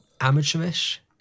amateurish